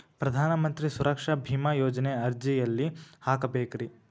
ಪ್ರಧಾನ ಮಂತ್ರಿ ಸುರಕ್ಷಾ ಭೇಮಾ ಯೋಜನೆ ಅರ್ಜಿ ಎಲ್ಲಿ ಹಾಕಬೇಕ್ರಿ?